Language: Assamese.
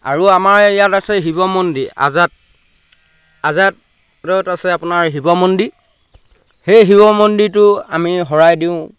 আৰু আমাৰ এই ইয়াত আছে শিৱ মন্দিৰ আজাদ আজাদত আছে আপোনাৰ শিৱ মন্দিৰ সেই শিৱ মন্দিৰটো আমি শৰাই দিওঁ